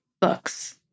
books